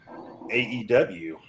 AEW